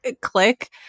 click